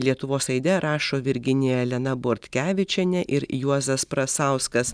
lietuvos aide rašo virginija elena bortkevičienė ir juozas prasauskas